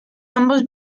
ambos